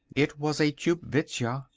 it was a tchupvskja.